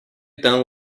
done